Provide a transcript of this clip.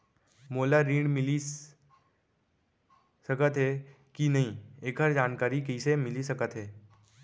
मोला ऋण मिलिस सकत हे कि नई एखर जानकारी कइसे मिलिस सकत हे?